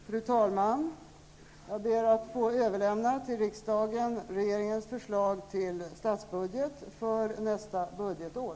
Fru talman! Jag ber att till riksdagen få överlämna regeringens förslag till statsbudget för nästa budgetår.